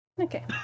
Okay